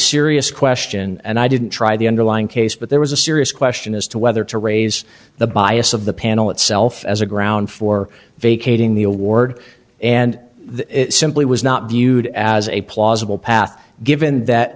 serious question and i didn't try the underlying case but there was a serious question as to whether to raise the bias of the panel itself as a ground for vacating the award and that it simply was not viewed as a plausible path given that